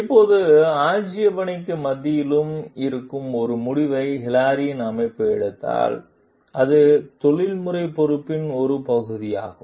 இப்போது ஆட்சேபனைக்கு மத்தியிலும் இருக்கும் ஒரு முடிவை ஹிலாரியின் அமைப்பு எடுத்தால் அது தொழில்முறை பொறுப்பின் ஒரு பகுதியாகும்